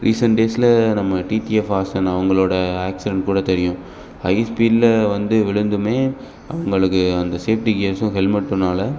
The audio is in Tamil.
ச் ரீசெண்ட் டேஸில் நம்ம டிடிஎஃப் வாசன் அவங்களோட ஆக்ஸிடெண்ட் கூட தெரியும் ஹை ஸ்பீடில் வந்து விழுந்துமே அவங்களுக்கு அந்த சேஃப்ட்டி கியர்ஸும் ஹெல்மெட்டனால்